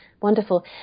Wonderful